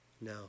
No